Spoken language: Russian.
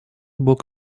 бог